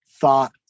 thought